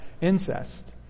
incest